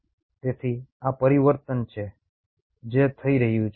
તેથી આ પરિવર્તન છે જે થઈ રહ્યું છે